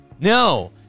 no